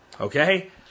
Okay